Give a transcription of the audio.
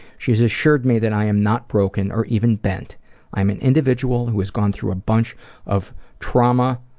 she has assured me that i am not broken or even bent i'm an individual who has gone through a bunch of trauma